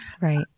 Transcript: Right